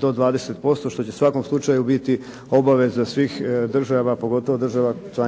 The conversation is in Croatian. do 20% što će u svakom slučaju biti obaveza svih država, pogotovo država članica